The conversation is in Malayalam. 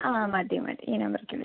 ആ മതി മതി ഈ നമ്പറേക്ക് വിളിക്ക്